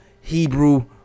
Hebrew